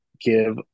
give